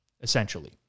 essentially